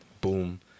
boom